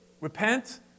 Repent